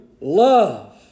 love